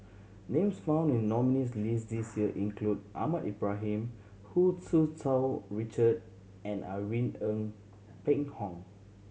names found in the nominees' list this year include Ahmad Ibrahim Hu Tsu Tau Richard and Irene Ng Phek Hoong